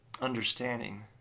understanding